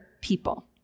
people